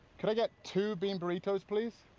get two bean burritos, please?